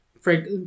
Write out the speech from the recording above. Frank